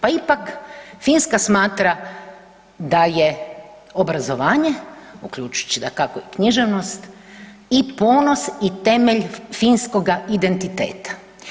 Pa ipak, Finska smatra da je obrazovanje, uključujući, dakako i književnost i ponos i temelj finskoga identiteta.